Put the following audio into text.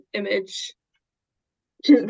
image